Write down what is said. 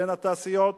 "סלינה תעשיות".